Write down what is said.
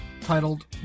titled